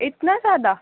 اتنا زیادہ